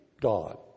God